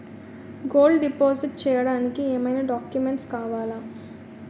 Gold deposit చేయడానికి ఏమైనా documents కావాలా?